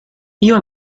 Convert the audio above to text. iba